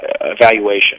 evaluation